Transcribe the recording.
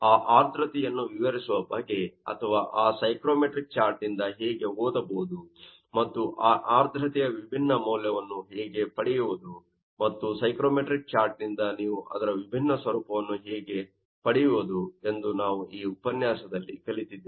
ಆ ಆರ್ದ್ರತೆಯನ್ನು ವಿವರಿಸುವ ಬಗೆ ಅಥವಾ ಆ ಸೈಕ್ರೋಮೆಟ್ರಿಕ್ ಚಾರ್ಟ್ನಿಂದ ಹೇಗೆ ಓದಬಹುದು ಮತ್ತು ಆ ಆರ್ದ್ರತೆಯ ವಿಭಿನ್ನ ಮೌಲ್ಯವನ್ನು ಹೇಗೆ ಪಡೆಯುವುದು ಮತ್ತು ಸೈಕ್ರೋಮೆಟ್ರಿಕ್ ಚಾರ್ಟ್ನಿಂದ ನೀವು ಅದರ ವಿಭಿನ್ನ ಸ್ವರೂಪವನ್ನು ಹೇಗೆ ಪಡೆಯುವುದು ಎಂದು ನಾವು ಈ ಉಪನ್ಯಾಸದಲ್ಲಿ ಕಲಿತಿದ್ದೇವೆ